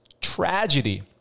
tragedy